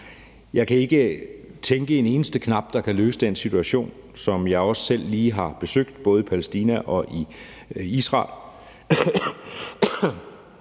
Jeg kan ikke tænke mig til en eneste knap, der kan løse den situation, som jeg også selv lige har besøgt både i Palæstina og i Israel.